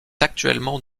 actuellement